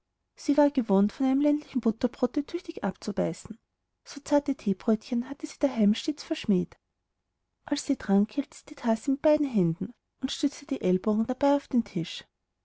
sie war gewohnt von einem ländlichen butterbrote tüchtig abzubeißen so zarte theebrötchen hatte sie daheim stets verschmäht als sie trank hielt sie ihre tasse mit beiden händen und stützte die ellbogen dabei auf den tisch